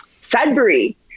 Sudbury